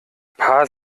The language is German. paar